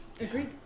Agreed